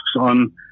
on